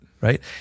right